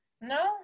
no